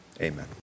Amen